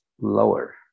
lower